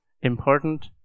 important